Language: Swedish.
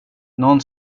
nån